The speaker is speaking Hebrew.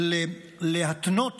להתנות